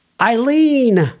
Eileen